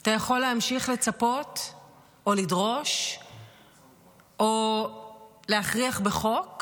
אתה יכול להמשיך לצפות או לדרוש או להכריח בחוק